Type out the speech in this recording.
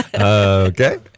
Okay